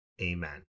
Amen